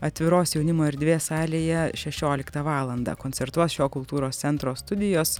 atviros jaunimo erdvės salėje šešioliktą valandą koncertuos šio kultūros centro studijos